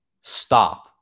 stop